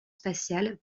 spatiales